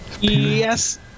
yes